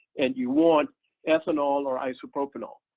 and you want ethanol or isopropanol.